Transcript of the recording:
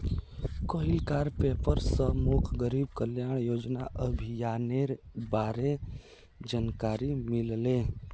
कइल कार पेपर स मोक गरीब कल्याण योजना अभियानेर बारे जानकारी मिलले